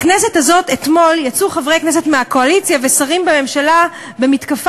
בכנסת הזאת אתמול יצאו חברי כנסת מהקואליציה ושרים בממשלה במתקפה